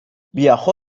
viajó